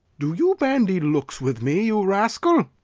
do you bandy looks with me, you rascal?